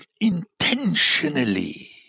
intentionally